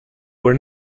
were